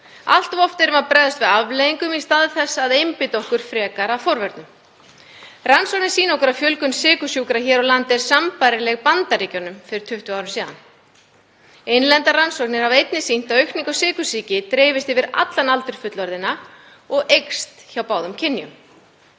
Allt of oft erum við að bregðast við afleiðingum í stað þess að einbeita okkur frekar að forvörnum. Rannsóknir sýna okkur að fjölgun sykursjúkra hér á landi er sambærileg Bandaríkjunum fyrir 20 árum síðan. Innlendar rannsóknir hafa einnig sýnt að aukning á sykursýki dreifist yfir allan aldur fullorðinna og eykst hjá báðum kynjum.